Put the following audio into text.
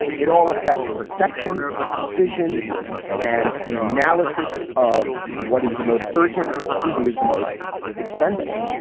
it all affects perceptions and decisions and an analysis of what is the most urgent and who is the most expendable.